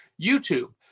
YouTube